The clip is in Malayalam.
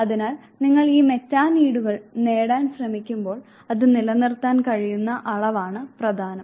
അതിനാൽ നിങ്ങൾ ഈ മെറ്റാനീഡുകൾ നേടാൻ ശ്രമിക്കുമ്പോൾ അത് നിലനിർത്താൻ കഴിയുന്ന അളവാണ് പ്രധാനം